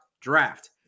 Draft